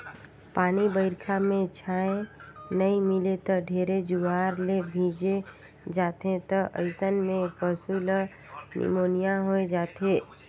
पानी बइरखा में छाँय नइ मिले त ढेरे जुआर ले भीजे जाथें त अइसन में पसु ल निमोनिया होय जाथे